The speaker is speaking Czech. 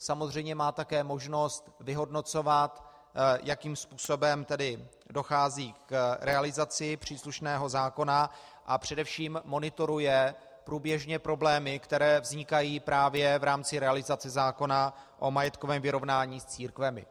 Samozřejmě má také možnost vyhodnocovat, jakým způsobem dochází k realizaci příslušného zákona, a především monitoruje průběžně problémy, které vznikají právě v rámci realizace zákona o majetkovém vyrovnání s církvemi.